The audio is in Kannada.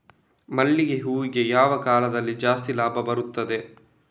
ಮಲ್ಲಿಗೆ ಹೂವಿಗೆ ಯಾವ ಕಾಲದಲ್ಲಿ ಜಾಸ್ತಿ ಲಾಭ ಬರುತ್ತದೆ?